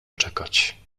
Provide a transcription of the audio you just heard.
czekać